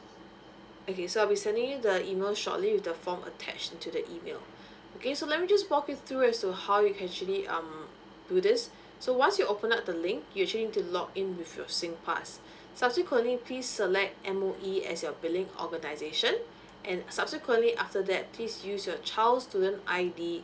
okay so I'll be sending you the email shortly with the form attached into the email okay so let me just walk you through as to how you actually um do this so once you open up the link usually you have to log in with your singpass subsequently please select M_O_E as your billing organisation and subsequently after that place use your child student I D